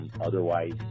Otherwise